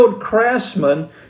craftsmen